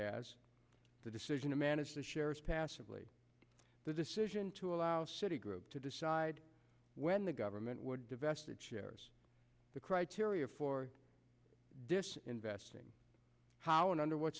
as the decision to manage the shares passively the decision to allow citi group to decide when the government would divest it shares the criteria for dish investing how and under what